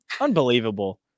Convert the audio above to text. Unbelievable